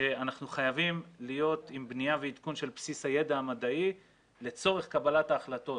שאנחנו חייבים בנייה ועדכון של בסיס הידע המדעי לצורך קבלת ההחלטות.